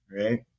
right